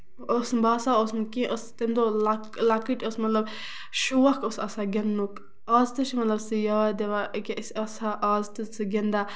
ٲس نہٕ باسان اوس نہٕ کیٚنہہ اوس تَمہِ دۄہ لہ لۄکٔٹۍ ٲسۍ مطلب شوق اوس آسان گِندنُک آز تہِ چھُ سُہ مطلب سُہ یاد یِوان أکیاہ أسۍ آسہٕ ہو آز تہِ سُہ گِندان